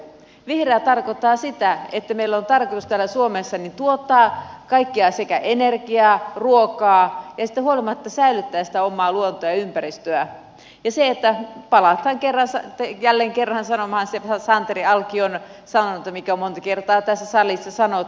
vihreä tarkoittaa sitä että meillä on tarkoitus täällä suomessa tuottaa kaikkea sekä energiaa että ruokaa ja siitä huolimatta säilyttää sitä omaa luontoa ja ympäristöä ja palataan jälleen kerran sanomaan se santeri alkion sanonta mikä on monta kertaa tässä salissa sanottu